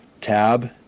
tab